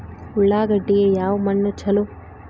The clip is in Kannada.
ಉಳ್ಳಾಗಡ್ಡಿಗೆ ಯಾವ ಮಣ್ಣು ಛಲೋ?